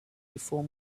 before